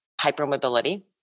hypermobility